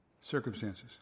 circumstances